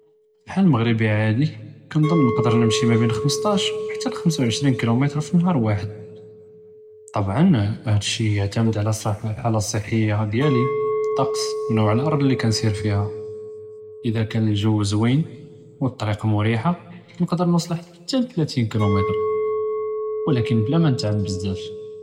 פי חאל מגרבי עאדי، כנד'ן נקדר נמשי מא בין חמסטאש חתה ל־חמסה ועשרין כילומתר פי נהאר ואחד، טבען האד' שי יעיתמד עלא אלחאלה אלסחיה דיאלי، א־לטקץ، נואע אלארד' אללי כנסיר פיהא، אלא כאן אלג'ו זווין ו א־טריק מריחה، נקדר נוסל חתה ל־תלאתין כילומתר، ולכין בלא מא נתעב בזאף.